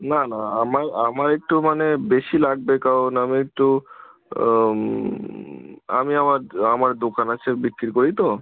না না আমা আমার একটু মানে বেশি লাগবে কারণ আমার একটু আমি আমার আমার দোকান আছে বিক্রি করি তো